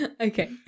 okay